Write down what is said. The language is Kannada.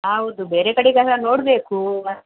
ಹೌದು ಬೇರೆ ಕಡೆಗೆಲ್ಲ ನೋಡಬೇಕು